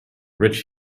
rich